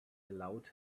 allowed